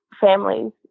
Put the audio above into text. families